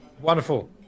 wonderful